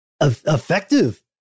effective